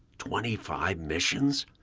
twenty five missions?